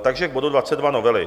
Takže k bodu 22 novely.